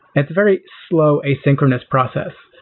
it's a very low asynchronous process.